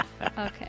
okay